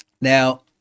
Now